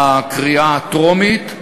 בקריאה הטרומית,